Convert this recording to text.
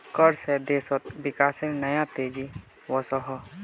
कर से देशोत विकासेर नया तेज़ी वोसोहो